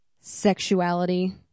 sexuality